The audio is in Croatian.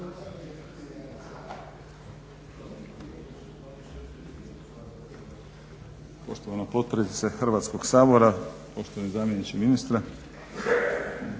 Poštovana potpredsjednice Hrvatskog sabora, poštovani zamjeniče ministra.